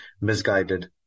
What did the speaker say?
misguided